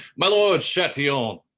my lord chatillon,